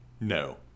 no